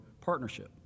partnership